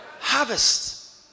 harvest